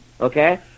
Okay